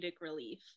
relief